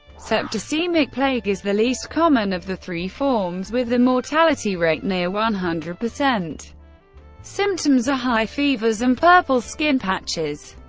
septicemic plague is the least common of the three forms, with a mortality rate near one hundred. symptoms are high fevers and purple skin patches.